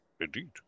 indeed